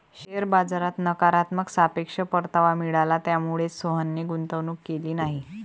share बाजारात नकारात्मक सापेक्ष परतावा मिळाला, त्यामुळेच सोहनने गुंतवणूक केली नाही